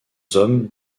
hommes